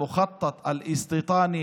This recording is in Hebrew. כבוד שר המשפטים,